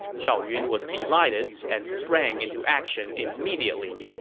zhao yun was delighted and sprang into action immediately.